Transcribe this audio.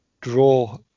Draw